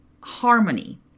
harmony